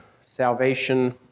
salvation